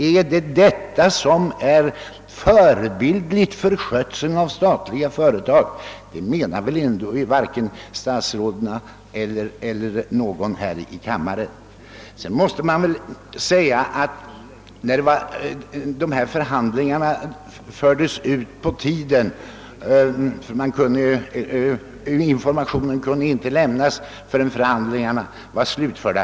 är det detta som är förebildligt för skötseln av statliga företag? Det menar väl ändå varken statsrådet eller någon i denna kammare? Förhandlingarna drog ut på tiden och någon information till de anställda i företaget kunde inte lämnas förrän förhandlingarna var slutförda.